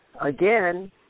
again